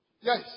Yes